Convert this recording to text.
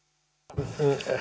arvoisa